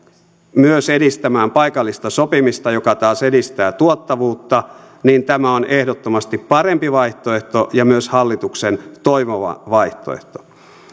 myös edistämään paikallista sopimista joka taas edistää tuottavuutta niin tämä on ehdottomasti parempi vaihtoehto ja myös hallituksen toivoma vaihtoehto